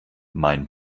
mein